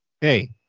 hey